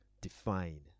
define